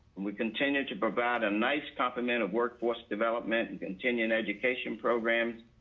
and we continue to provide a nice complement of workforce development and continuing education programs.